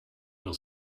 will